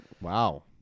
Wow